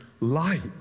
light